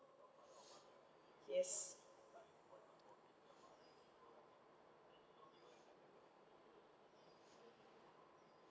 yes